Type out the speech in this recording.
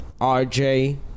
RJ